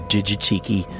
Digitiki